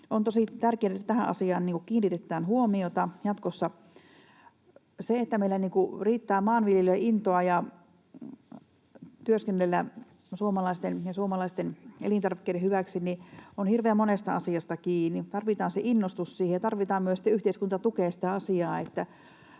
tärkeätä, että tähän asiaan kiinnitetään huomiota jatkossa. Se, että meillä riittää maanviljelijöillä intoa työskennellä suomalaisten ja suomalaisten elintarvikkeiden hyväksi, on hirveän monesta asiasta kiinni. Tarvitaan se innostus siihen ja tarvitaan myös, että